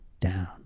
down